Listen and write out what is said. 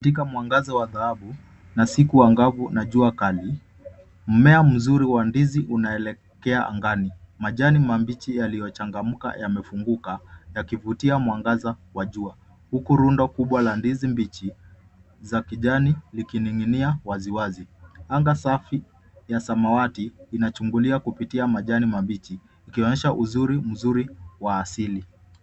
Katika mwangaza wa dhahabu na siku angavu na jua kali, mmea mzuri wa ndizi unaelekea angani. Majani mabichi yaliyochangamka yamefunguka yakivutia mwangaza wa jua huku rundo kubwa la ndizi mbichi za kijani likining'inia waziwazi. Anga safi ya samawati inachungulia kupitia majani mabichi ikionyesha uzuri mzuri wa asili.